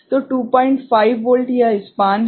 तो 25 वोल्ट यह स्पान है